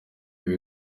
bihe